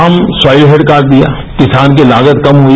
हम soil health card दिया किसान की लागत कम हुई